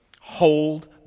hold